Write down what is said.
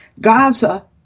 Gaza